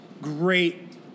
great